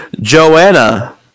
Joanna